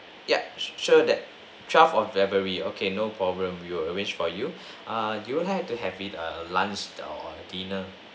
ya sure that twelve of february okay no problem we will arrange for you ah do you like to have it err lunch or dinner